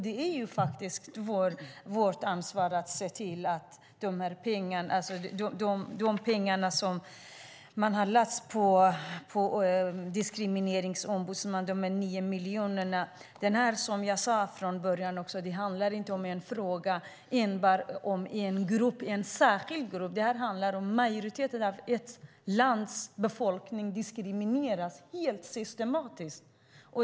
Det är vårt ansvar att se till att de 9 miljoner som har avsatts till Diskrimineringsombudsmannen används. Som jag sade från början handlar denna fråga inte om enbart en särskild grupp. Den handlar om majoriteten av ett lands befolkning, som diskrimineras helt systematiskt.